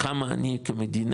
כמה אני כמדינה,